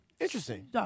Interesting